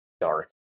dark